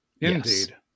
Indeed